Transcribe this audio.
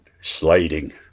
sliding